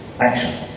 action